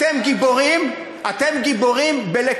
אתם גיבורים בלקשקש.